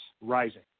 rising